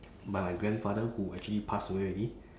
by my grandfather who actually pass away already